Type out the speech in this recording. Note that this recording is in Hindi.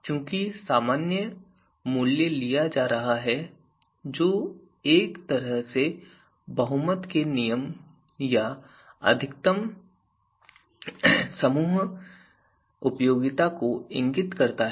चूंकि सामान्य मूल्य लिया जा रहा है जो एक तरह से बहुमत के नियम या अधिकतम समूह उपयोगिता को इंगित करता है